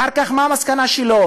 אחר כך, מה המסקנה שלו?